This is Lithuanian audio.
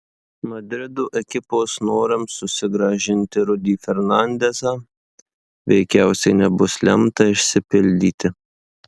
madrido ekipos norams susigrąžinti rudy fernandezą veikiausiai nebus lemta išsipildyti